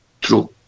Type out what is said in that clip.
true